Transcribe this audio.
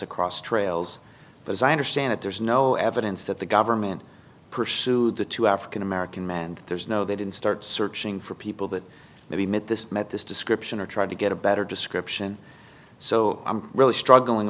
across trails designer stand it there's no evidence that the government pursued the two african american men and there's no they didn't start searching for people that maybe met this met this description or tried to get a better description so i'm really struggling